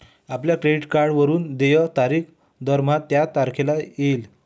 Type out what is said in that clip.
आपल्या क्रेडिट कार्डवरून देय तारीख दरमहा त्याच तारखेला येईल